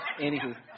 Anywho